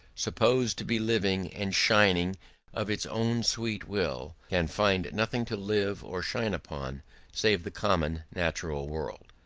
supposed to be living and shining of its own sweet will, can find nothing to live or shine upon save the common natural world.